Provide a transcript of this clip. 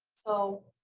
so,